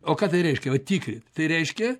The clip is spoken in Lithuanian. o ką tai reiškia va tikrint tai reiškia